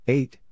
Eight